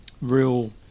real